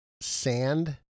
sand